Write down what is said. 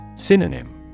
Synonym